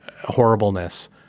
horribleness